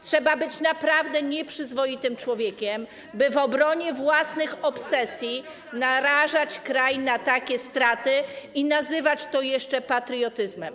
Trzeba być naprawdę nieprzyzwoitym człowiekiem, by w obronie własnych obsesji narażać kraj na takie straty i jeszcze nazywać to patriotyzmem.